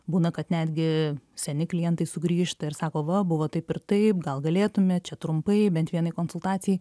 būna kad netgi seni klientai sugrįžta ir sako va buvo taip ir taip gal galėtumėt čia trumpai bent vienai konsultacijai